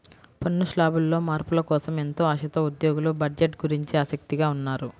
పన్ను శ్లాబుల్లో మార్పుల కోసం ఎంతో ఆశతో ఉద్యోగులు బడ్జెట్ గురించి ఆసక్తిగా ఉన్నారు